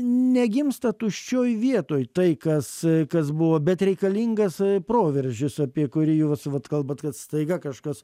negimsta tuščioj vietoj tai kas kas buvo bet reikalingas proveržis apie kurį jūs vat kalbat kad staiga kažkas